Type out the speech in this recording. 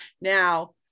Now